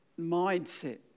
mindset